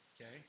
okay